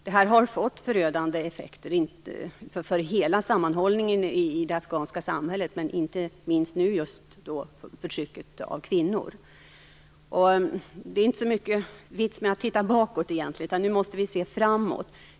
Detta har fått förödande effekter för hela sammanhållningen i det afghanska samhället, men just nu inte minst förtrycket av kvinnor. Det är egentligen inte så stor vits med att titta bakåt, utan nu måste vi se framåt.